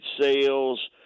sales